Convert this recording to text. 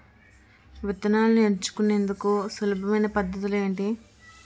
విత్తనాలను ఎంచుకునేందుకు సులభమైన పద్ధతులు ఏంటి?